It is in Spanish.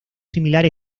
similar